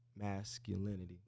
masculinity